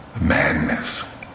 madness